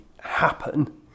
happen